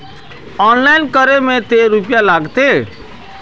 Online करे में ते रुपया लगते?